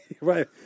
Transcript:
Right